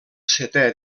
setè